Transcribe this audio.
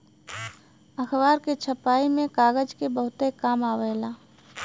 अखबार के छपाई में कागज के बहुते काम आवेला